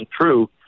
true